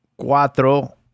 cuatro